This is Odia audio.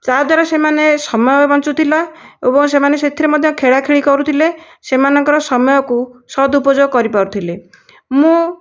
ତାଦ୍ଵାରା ସେମାନେ ସମୟ ବଞ୍ଚୁଥିଲା ଏବଂ ସେମାନେ ସେଥିରେ ମଧ୍ୟ ଖେଳାଖେଳି କରୁଥିଲେ ସେମାନଙ୍କ ସମୟକୁ ସଦୁପଯୋଗ କରିପାରୁଥିଲେ ମୁଁ